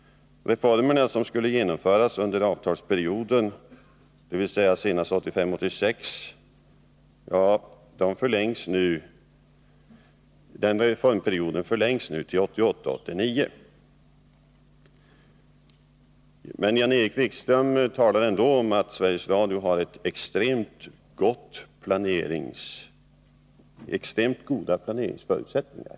Reformerna skulle genomföras under avtalsperioden, dvs. senast 1985 89. Jan-Erik Wikström talar ändå om att Sveriges Radio har extremt goda planeringsförutsättningar.